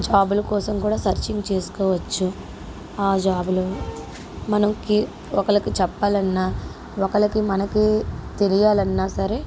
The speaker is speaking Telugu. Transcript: జాబుల కోసం కూడా సర్చింగ్ చేసుకోవచ్చు ఆ జాబులు మనం కి ఒకలకి చెప్పాలన్నా ఒకరికి మనకి తెలియాలన్నా సరే